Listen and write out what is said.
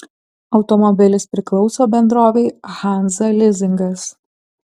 automobilis priklauso bendrovei hanza lizingas